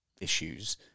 issues